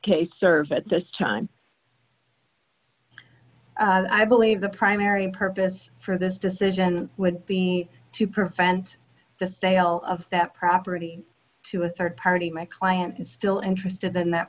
case serve at this time i believe the primary purpose for this decision would be to prevent the sale of that property to a rd party my client is still interested in that